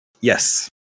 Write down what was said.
Yes